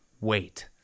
wait